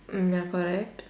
mm ya correct